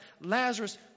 Lazarus